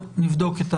נבדוק.